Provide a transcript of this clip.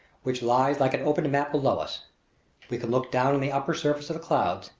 which lies like an opened map below us we can look down on the upper surface of the clouds,